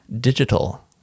digital